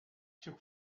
took